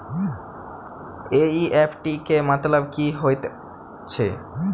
NEFT केँ मतलब की होइत अछि?